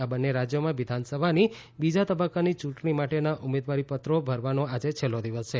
આ બંને રાજ્યોમાં વિધાનસભાની બીજા તબક્કાની યૂંટણી માટેના ઉમેદવારી પત્રો ભરવાનો આજે છેલ્લો દિવસ છે